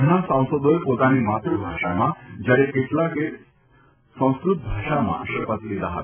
ઘણા સાંસદોએ પોતાની માતૃભાષામાં જયારે કેટલાક સાંસદોએ સંસ્ક્રત ભાષામાં શપથ લીધા હતા